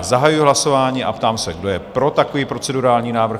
Zahajuji hlasování a ptám se, kdo je pro takový procedurální návrh?